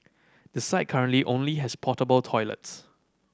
the site currently only has portable toilets